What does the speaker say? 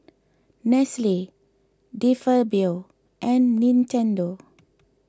Nestle De Fabio and Nintendo